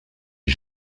est